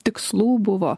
tikslų buvo